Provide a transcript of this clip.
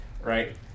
right